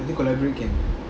I think collaborate can